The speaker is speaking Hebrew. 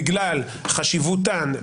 בגלל חשיבותן,